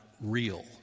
real